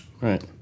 Right